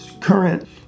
current